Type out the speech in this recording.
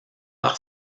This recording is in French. par